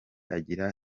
agira